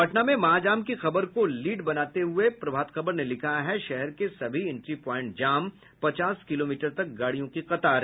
पटना में महाजाम की खबर को लिड बनाते हुये प्रभात खबर ने लिखा है शहर के सभी इंट्री प्वाइंट जाम पचास किलोमीटर तक गाड़ियों की कतार